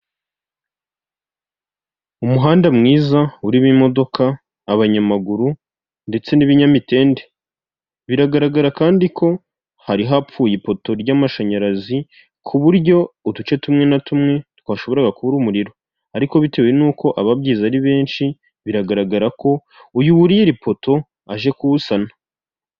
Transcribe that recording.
Umuhanda mwiza urimo imodoka, abanyamaguru ndetse n'ibinyamitende. Biragaragara kandi ko hari hapfuye ipoto ry'amashanyarazi ku buryo uduce tumwe na tumwe twashoboraga kubura umuriro, ariko bitewe n'uko ababyize ari benshi biragaragara ko uyu wuriye iri poto aje kuwusana.